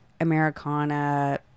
americana